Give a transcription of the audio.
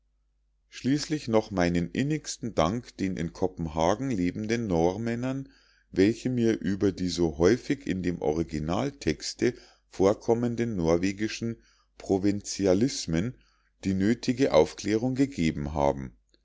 schließlich noch meinen innigsten dank den in kopenhagen lebenden normännern welche mir über die so häufig in dem originaltexte vorkommenden norwegischen provinzialismen die nöthige aufklärung gegeben haben